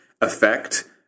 effect